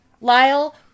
Lyle